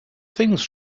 things